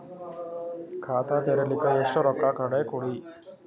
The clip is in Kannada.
ಖಾತಾ ತೆರಿಲಿಕ ಎಷ್ಟು ರೊಕ್ಕಕೊಡ್ಬೇಕುರೀ?